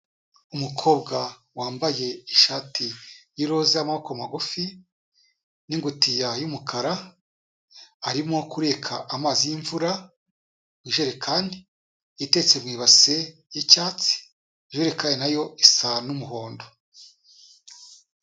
Umukobwa wambaye ishati y'iroza y'amaboko magufi, n'ingutiya y'umukara, arimo kureka amazi y'imvura, ijerekani iteretse mu ibasi y'icyatsi, ijerekani nayo isa n'umuhondo.